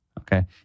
Okay